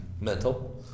Mental